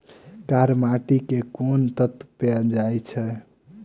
कार्य माटि मे केँ कुन तत्व पैल जाय छै?